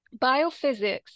biophysics